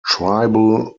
tribal